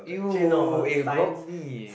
you eh block me